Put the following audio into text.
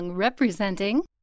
representing